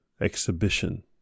exhibition